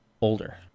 older